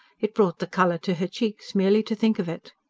it brought the colour to her cheeks merely to think of it.